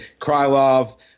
Krylov